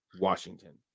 Washington